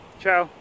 Ciao